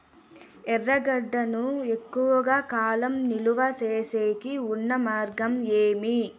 ఎర్రగడ్డ ను ఎక్కువగా కాలం నిలువ సేసేకి ఉన్న మార్గం ఏమి?